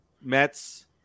Mets